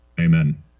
Amen